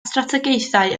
strategaethau